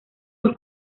sus